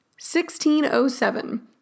1607